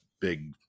big